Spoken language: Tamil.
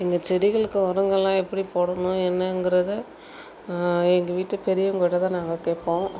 எங்கள் செடிகளுக்கு உரங்கள்லாம் எப்படி போடணும் என்னங்கிறத எங்கள் வீட்டு பெரியவங்ககிட்ட தான் நாங்கள் கேட்போம்